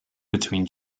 between